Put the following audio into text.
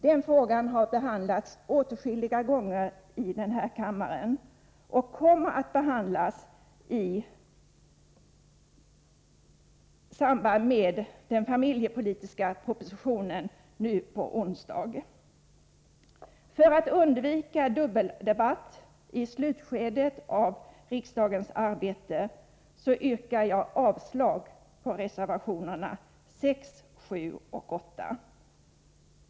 Denna fråga har diskuterats åtskilliga gånger i denna kammare och kommer upp i samband med behandlingen av den familjepolitiska propositionen nu på onsdag. För att undvika dubbeldebatt i slutet av riksdagsarbetet yrkar jag avslag på reservationerna 6, 7 och 8.